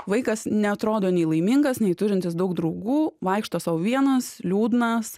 vaikas neatrodo nei laimingas nei turintis daug draugų vaikšto sau vienas liūdnas